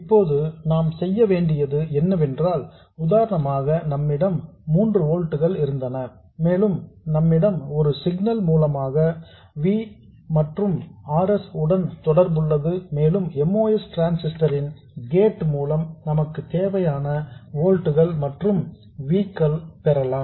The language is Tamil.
இப்போது நாம் செய்ய வேண்டியது என்னவென்றால் உதாரணமாக நம்மிடம் 3 ஓல்ட்ஸ் இருந்தன மேலும் நம்மிடம் ஒரு சிக்னல் மூலமாக V கள் மற்றும் R s உடன் தொடர்புள்ளது மேலும் MOS டிரான்சிஸ்டர் ரின் கேட் மூலம் நமக்கு தேவையான 3 ஓல்ட்ஸ் மற்றும் V கள் பெறலாம்